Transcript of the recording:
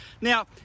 now